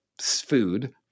food